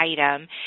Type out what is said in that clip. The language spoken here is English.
item